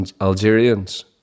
Algerians